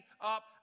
up